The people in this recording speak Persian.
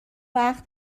وقت